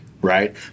Right